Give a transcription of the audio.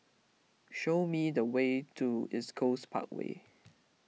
show me the way to East Coast Parkway